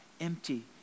empty